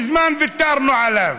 מזמן ויתרנו עליו.